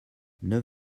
neuf